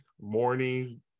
morning